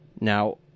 Now